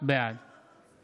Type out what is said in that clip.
בעד